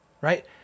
right